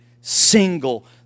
single